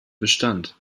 bestand